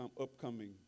upcoming